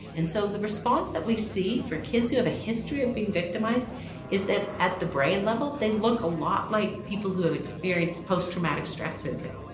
and so, the response that we see for kids who have a history of being victimized is that at the brain level, they look a lot like people who have experienced post traumatic stress syndrome.